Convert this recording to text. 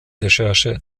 recherche